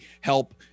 help